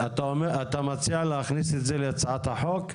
אז אתה מציע להכניס את זה להצעת החוק?